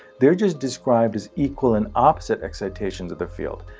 they're just described as equal and opposite excitations of the field.